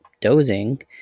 dozing